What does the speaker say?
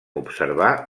observar